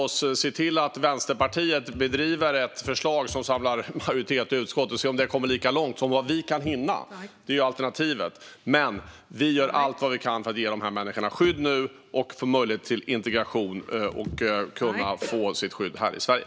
Se till att Vänsterpartiet driver ett förslag som samlar majoritet i utskottet och se om det kommer lika långt som vi kan hinna - det är alternativet. Men vi gör allt vi kan för att nu ge dessa människor skydd och möjlighet till integration här i Sverige.